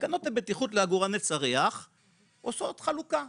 תקנות הבטיחות לעגורני צריח עושות חלוקה.